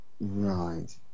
Right